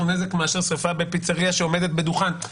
נזק מאשר שריפה בפיצרייה שעומדת בדוכן.